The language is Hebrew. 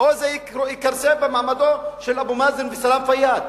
או שזה יכרסם במעמד של אבו מאזן וסלאם פיאד?